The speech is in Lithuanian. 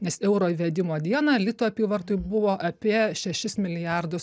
nes euro įvedimo dieną litų apyvartoj buvo apie šešis milijardus